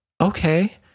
Okay